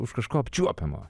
už kažko apčiuopiamo